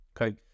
Okay